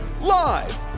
Live